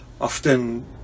Often